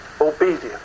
obedience